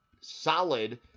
solid